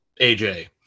AJ